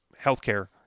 healthcare